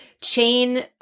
chain